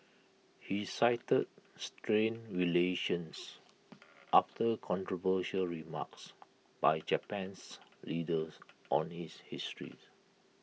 he cited strained relations after controversial remarks by Japan's leaders on its history